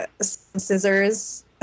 scissors